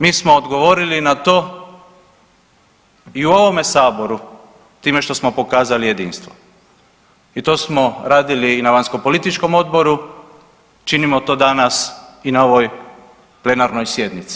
Mi smo odgovorili na to i u ovome saboru time što smo pokazali jedinstvo i to smo radili i na vanjskopolitičkom odboru, činimo to danas i na ovoj plenarnoj sjednici.